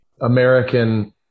American